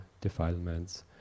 defilements